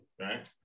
right